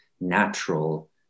natural